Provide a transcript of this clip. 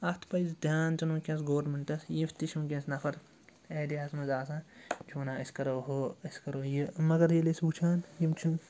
اَتھ پَزِ دھیان چھِنہٕ وٕنۍکٮ۪نَس گورمٮ۪نٛٹَس یُتھ تہِ وٕنۍکٮ۪نَس نَفر ایریاہَس منٛز آسان یہِ چھُ وَنان أسۍ کَرو ہُہ أسۍ کَرو یہِ مگر ییٚلہِ أسۍ وٕچھان یِم چھُنہٕ